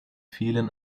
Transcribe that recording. vielen